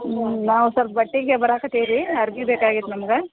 ನಾವು ಸ್ವಲ್ಪ ಬಟ್ಟೆಗೆ ಬರಾಕತ್ತೀವಿ ರೀ ಅರ್ವೆ ಬೇಕಾಗಿತ್ತು ನಮ್ಗೆ